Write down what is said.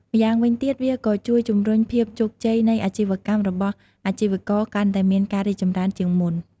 ម្យ៉ាងវិញទៀតវាក៏ជួយជំរុញភាពជោគជ័យនៃអាជីវកម្មរបស់អាជីវករកាន់តែមានការរីកចម្រើនជាងមុន។